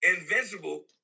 Invincible